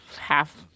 half